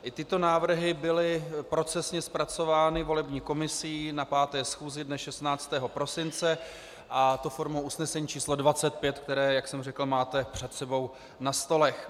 I tyto návrhy byly procesně zpracovány volební komisí na 5. schůzi dne 16. prosince a to formou usnesení číslo 25, které, jak jsem řekl, máte před sebou na stolech.